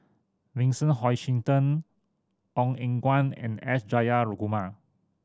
Vincent Hoisington Ong Eng Guan and S Jayakumar